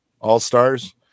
all-stars